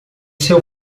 seu